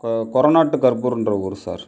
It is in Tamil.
கொ கொரநாட்டு கருப்பூருங்ற ஊர் சார்